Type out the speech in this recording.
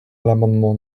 l’amendement